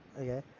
Okay